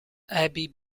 abbey